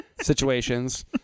situations